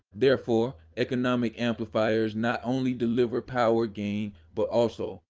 therefore, economic amplifiers not only deliver power gain but also,